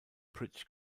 british